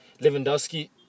Lewandowski